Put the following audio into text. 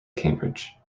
cambridge